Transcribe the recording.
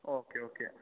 okay okay